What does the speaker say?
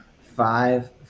five –